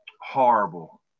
horrible